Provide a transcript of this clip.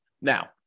Now